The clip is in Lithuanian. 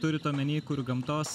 turit omeny kur gamtos